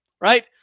right